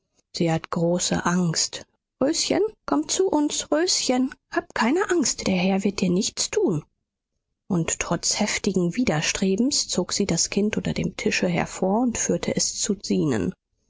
sie hat große angst röschen komm zu uns röschen hab keine angst der herr wird dir nichts tun und trotz heftigen widerstrebens zog sie das kind unter dem tische hervor und führte es zu zenon